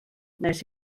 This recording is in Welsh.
nes